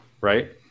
right